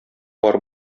бар